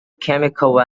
chemical